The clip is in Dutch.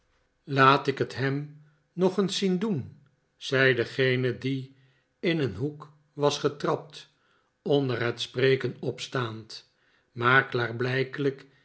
laat ik het hem nog eens zien doen zei degene die in een hoek was getrapt onder het spreken opstaand maar klaarblijkelijk